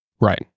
Right